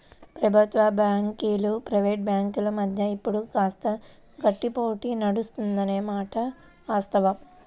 ప్రభుత్వ బ్యాంకులు ప్రైవేట్ బ్యాంకుల మధ్య ఇప్పుడు కాస్త గట్టి పోటీ నడుస్తుంది అనే మాట వాస్తవం